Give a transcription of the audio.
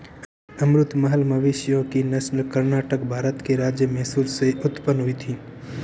अमृत महल मवेशियों की नस्ल कर्नाटक, भारत के राज्य मैसूर से उत्पन्न हुई थी